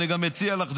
אני גם מציע לך,